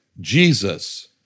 Jesus